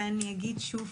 ואני אגיד שוב,